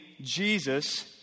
Jesus